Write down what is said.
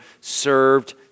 served